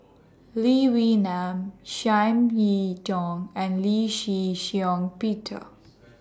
Lee Wee Nam Chiam Ying Tong and Lee Shih Shiong Peter